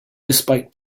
despite